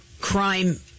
crime